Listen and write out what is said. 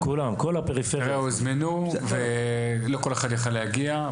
הוזמנו ולא כל אחד יכל להגיע,